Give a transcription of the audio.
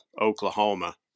Oklahoma